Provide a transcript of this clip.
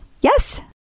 Yes